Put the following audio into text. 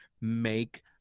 make